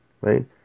Right